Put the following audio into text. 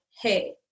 hey